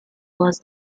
was